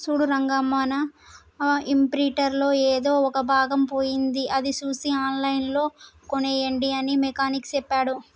సూడు రంగా మన ఇంప్రింటర్ లో ఎదో ఒక భాగం పోయింది అది సూసి ఆన్లైన్ లో కోనేయండి అని మెకానిక్ సెప్పాడు